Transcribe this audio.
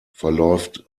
verläuft